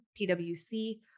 PwC